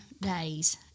days